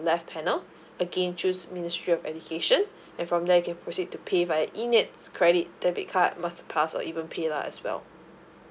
left panel again choose ministry of education then from there you can proceed to pay via E nets credit debit card masterpass or even paylah as well